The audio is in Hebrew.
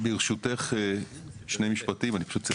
לאו דווקא לחיילים שנספו במערכה.